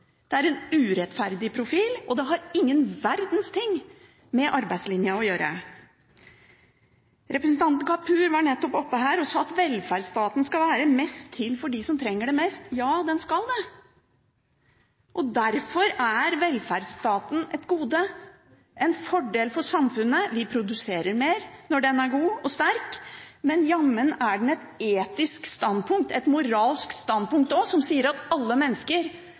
det er en urettferdig profil, og det har ingen verdens ting med arbeidslinja å gjøre. Representanten Kapur var nettopp oppe her og sa at velferdsstaten skal være mest til for dem som trenger det mest. Ja, den skal det. Derfor er velferdsstaten et gode, en fordel for samfunnet. Vi produserer mer når den er god og sterk, men jammen er det også et etisk standpunkt, et moralsk standpunkt, som sier at alle mennesker